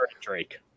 Drake